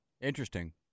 Interesting